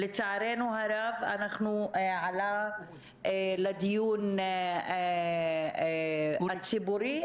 לצערנו הרב עלה לדיון הציבורי